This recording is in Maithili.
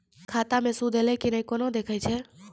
खाता मे सूद एलय की ने कोना देखय छै?